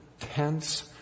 tense